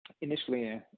Initially